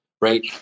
right